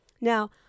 Now